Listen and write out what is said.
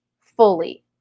fully